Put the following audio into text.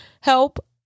Help